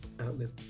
outlive